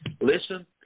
listen